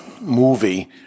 movie